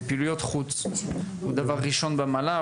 ופעילויות חוץ הוא דבר ראשון במעלה,